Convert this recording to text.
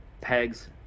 pegs